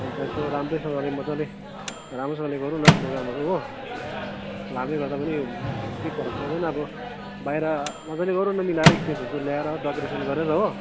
अन्त यसो राम्रैसँगले मजाले राम्रोसँगले गरौँ न प्रोगामहरू हो लाँदैगर्दा पनि केही फरक पर्दैन अब बाहिर मजाले गरौँ न मिलाएर स्टेजहरू ल्याएर हो डेकोरेसन गरेर हो